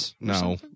No